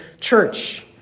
church